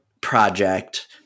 project